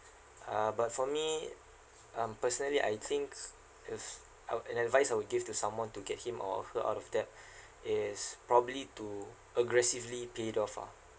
uh but for me um personally I think if uh and advice I would give to someone to get him or her out of debt is probably to aggressively pay off ah